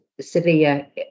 severe